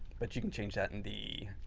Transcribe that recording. but you can change that in the